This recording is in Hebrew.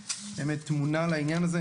באמת תמונה על העניין הזה.